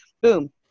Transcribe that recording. boom